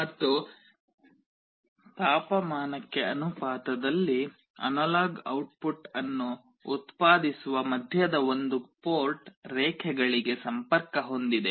ಮತ್ತು ತಾಪಮಾನಕ್ಕೆ ಅನುಪಾತದಲ್ಲಿ ಅನಲಾಗ್ ಔಟ್ಪುಟ್ ಅನ್ನು ಉತ್ಪಾದಿಸುವ ಮಧ್ಯದ ಒಂದು ಪೋರ್ಟ್ ರೇಖೆಗಳಿಗೆ ಸಂಪರ್ಕ ಹೊಂದಿದೆ